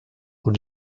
und